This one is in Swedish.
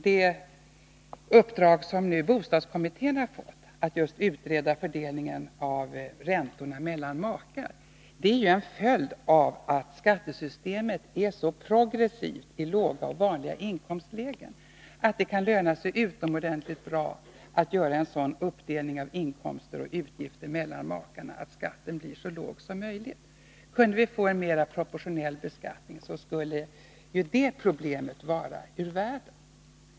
Det uppdrag som bostadskommittén nu har fått, att utreda fördelningen av räntorna mellan makar, är ju en följd av att skattesystemet är så progressivt i låga och vanliga inkomstlägen att det kan löna sig utomordentligt bra att göra en sådan uppdelning av inkomster och utgifter mellan makarna att skatten blir så låg som möjligt. Kunde vi få en mer proportionell beskattning, skulle det problemet vara ur världen.